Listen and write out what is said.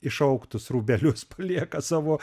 išaugtus rūbelius palieka savo